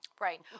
Right